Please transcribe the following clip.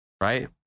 right